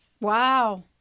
Wow